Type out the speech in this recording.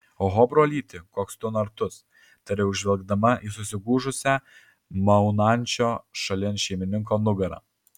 oho brolyti koks tu nartus tariau žvelgdamas į susigūžusią maunančio šalin šeimininko nugarą